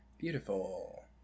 beautiful